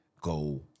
Go